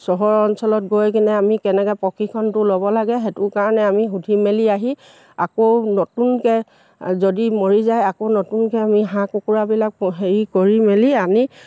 চহৰৰ অঞ্চলত গৈ কিনে আমি কেনেকৈ প্ৰশিক্ষণটো ল'ব লাগে সেইটো কাৰণে আমি সুধি মেলি আহি আকৌ নতুনকৈ যদি মৰি যায় আকৌ নতুনকৈ আমি হাঁহ কুকুৰাবিলাক হেৰি কৰি মেলি আনি